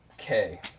Okay